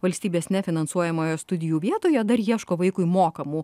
valstybės nefinansuojamoje studijų vietoje dar ieško vaikui mokamų